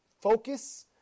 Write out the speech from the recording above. focus